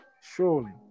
Surely